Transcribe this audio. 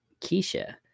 Keisha